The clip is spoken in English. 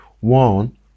one